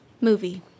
movie